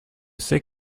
c’est